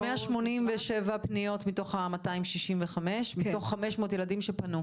אז 187 פניות מתוך ה-265, מתוך 500 ילדים שפנו.